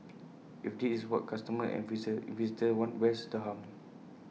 if this is what customers and investors want where's the harm